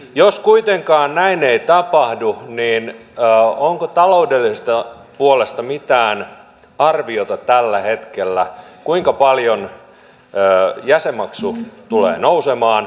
jos kuitenkaan näin ei tapahdu onko taloudellisesta puolesta mitään arviota tällä hetkellä kuinka paljon jäsenmaksu tulee nousemaan